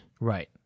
Right